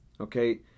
okay